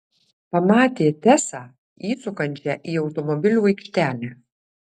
pamatė tesą įsukančią į automobilių aikštelę